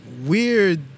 weird